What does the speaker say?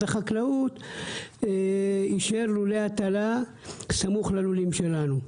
החקלאות אישרו לולי הטלה סמוך ללולים שלנו,